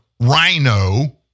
Rhino